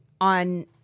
on